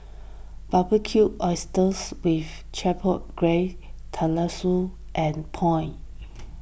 Barbecued Oysters with Chipotle Glaze Tenmusu and Pho